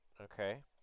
okay